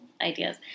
ideas